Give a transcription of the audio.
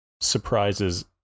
surprises